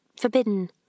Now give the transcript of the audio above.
forbidden